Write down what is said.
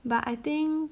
but I think